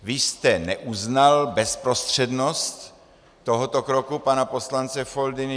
Vy jste neuznal bezprostřednost tohoto kroku pana poslance Foldyny.